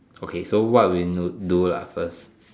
okay so what will do lah first